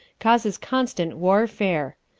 causes constant warfare.